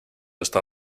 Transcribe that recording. está